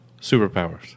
Superpowers